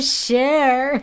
share